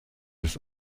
des